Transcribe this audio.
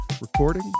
Recording